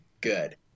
good